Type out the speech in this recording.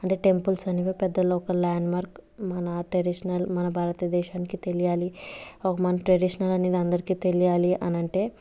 అంటే టెంపుల్స్ అనేవి పెద్ద లోకల్ ల్యాండ్ మార్క్ మన ట్రెడిషనల్ మన భారతదేశానికి తెలియాలి మన ట్రెడిషనల్ అనేది అందరికీ తెలియాలి అని అంటే